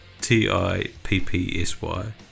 T-I-P-P-S-Y